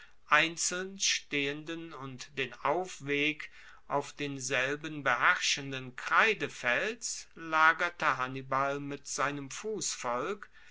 einzeln stehenden und den aufweg auf denselben beherrschenden kreidefels lagerte hannibal mit seinem